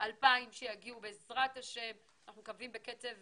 אשמח שתבדקו